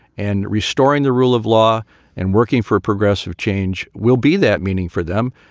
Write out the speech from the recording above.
and restoring the rule of law and working for progressive change will be that meaning for them.